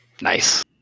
Nice